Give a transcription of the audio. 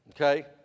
Okay